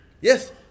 Yes